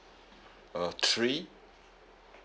uh three